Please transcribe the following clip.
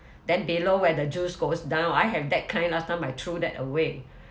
then below where the juice goes down I have that kind last time I throw that away